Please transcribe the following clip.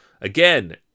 Again